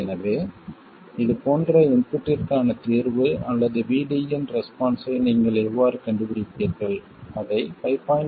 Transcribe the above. எனவே இது போன்ற இன்புட்டிற்கான தீர்வு அல்லது VD இன் ரெஸ்பான்ஸ்ஸை நீங்கள் எவ்வாறு கண்டுபிடிப்பீர்கள் அதை 5